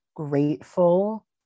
Grateful